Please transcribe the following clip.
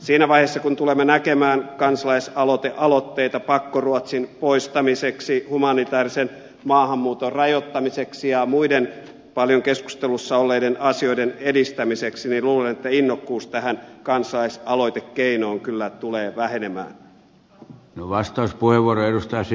siinä vaiheessa kun tulemme näkemään kansalaisaloitteita pakkoruotsin poistamiseksi humanitäärisen maahanmuuton rajoittamiseksi ja muiden paljon keskustelussa olleiden asioiden edistämiseksi niin luulen että innokkuus tähän kansalaisaloitekeinoon kyllä tulee vähenemään